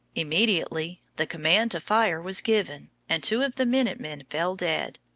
immediately the command to fire was given, and two of the minute-men fell dead.